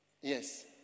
Yes